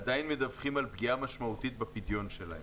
עדיין מדווחים על פגיעה משמעותית בפדיון שלהם.